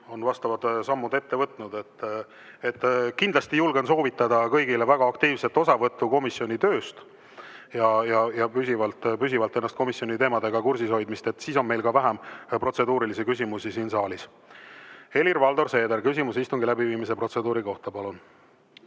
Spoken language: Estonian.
on vastavad sammud ette võtnud. Kindlasti julgen soovitada kõigile väga aktiivset osavõttu komisjoni tööst ja püsivalt ennast komisjoni teemadega kursis hoida, siis on meil ka vähem protseduurilisi küsimusi siin saalis. Helir-Valdor Seeder, küsimus istungi läbiviimise protseduuri kohta, palun!